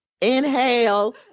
Inhale